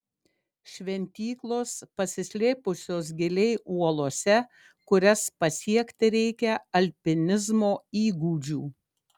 šventyklos pasislėpusios giliai uolose kurias pasiekti reikia alpinizmo įgūdžių